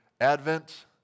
Advent